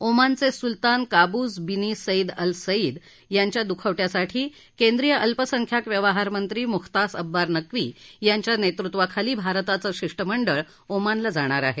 ओमनचे सुलतान Qaboos bin Said al Said याच्या दूखवट्यासाठी केंद्रीय अल्पसंख्याक व्यवहार मंत्री मुख्तार अब्बास नकवी यांच्या नेतृत्वाखाली भारताचं शिष्टमंडळ ओमनला जाणार आहे